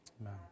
Amen